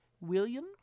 William